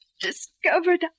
discovered